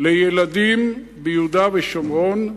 לילדים ביהודה ושומרון,